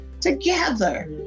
together